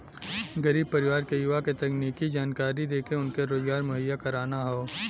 गरीब परिवार के युवा के तकनीकी जानकरी देके उनके रोजगार मुहैया कराना हौ